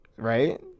Right